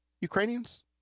Ukrainians